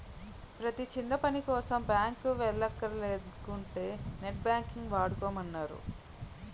ప్రతీ చిన్నపనికోసం బాంకుకి వెల్లక్కర లేకుంటా నెట్ బాంకింగ్ వాడుకోమన్నారు